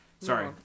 sorry